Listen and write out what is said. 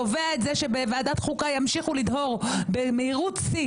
קובע את זה שבוועדת החוקה ימשיכו לדהור במהירות שיא